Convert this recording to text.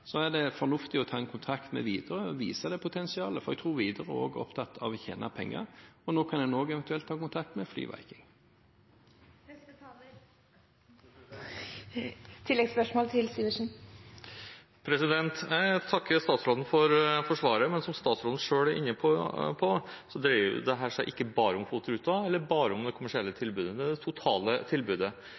er det fornuftig å ta kontakt med Widerøe og vise det potensialet – for jeg tror Widerøe også er opptatt av å tjene penger. Og nå kan en også eventuelt ta kontakt med FlyViking. Jeg takker statsråden for svaret, men som statsråden selv er inne på, dreier dette seg ikke bare om FOT-ruter eller bare om det kommersielle tilbudet. Det er det totale tilbudet.